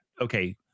okay